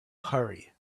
hurry